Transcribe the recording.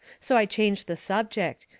so i changed the subject,